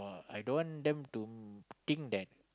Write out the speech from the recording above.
I don't want them to think that